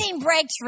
breakthrough